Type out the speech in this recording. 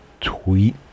tweet